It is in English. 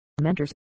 mentors